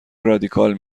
رادیکال